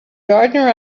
gardener